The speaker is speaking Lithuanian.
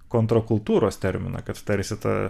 kontrakultūros terminą kad tarsi ta